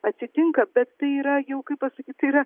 atsitinka bet tai yra jau kaip pasakyt tai yra